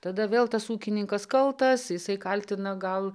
tada vėl tas ūkininkas kaltas jisai kaltina gal